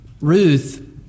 Ruth